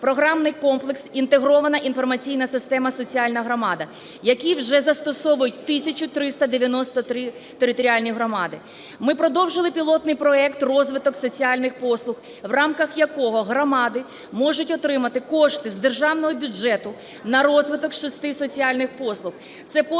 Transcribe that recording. програмний комплекс "Інтегрована інформаційна система "Соціальна громада", які вже застосовують 1 тисяча 393 територіальні громади. Ми продовжили пілотний проект "Розвиток соціальних послуг", в рамках якого громади можуть отримати кошти з державного бюджету на розвиток шести соціальних послуг.